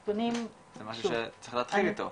זה משהו שצריך להתחיל איתו.